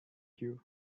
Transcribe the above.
you